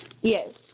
Yes